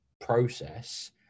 process